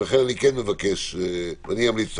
לכן אני אמליץ לחבריי: